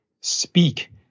speak